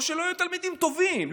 או שהם לא היו תלמידים טובים.